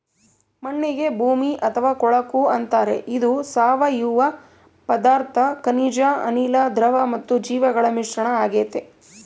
ಮಣ್ಣಿಗೆ ಭೂಮಿ ಅಥವಾ ಕೊಳಕು ಅಂತಾರೆ ಇದು ಸಾವಯವ ಪದಾರ್ಥ ಖನಿಜ ಅನಿಲ, ದ್ರವ ಮತ್ತು ಜೀವಿಗಳ ಮಿಶ್ರಣ ಆಗೆತೆ